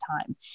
time